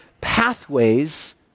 pathways